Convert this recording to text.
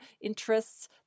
interests